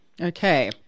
Okay